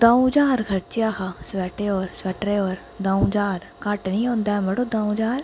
दं'ऊ ज्हार खरचेआ हा स्वैटो'र स्वैटरो'र दं'ऊ ज्हार घट्ट नी होंदा ऐ मड़ो दं'ऊ ज्हार